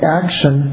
action